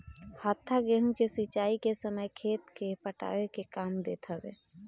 हत्था गेंहू के सिंचाई के समय खेत के पटावे के काम देत हवे